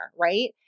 right